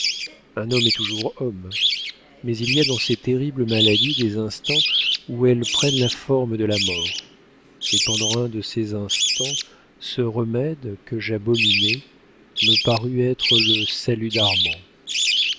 un homme est toujours homme mais il y a dans ces terribles maladies des instants où elles prennent la forme de la mort et pendant un de ces instants ce remède que j'abominais me parut être le salut